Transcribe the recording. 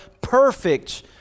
perfect